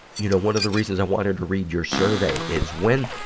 you know, one of the reasons i wanted to read your survey is when,